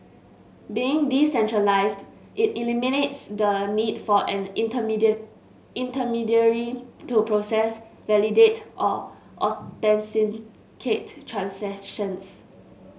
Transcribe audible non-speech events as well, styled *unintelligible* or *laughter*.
being decentralised it eliminates the need for an *unintelligible* intermediary to process validate or authenticate transactions